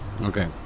Okay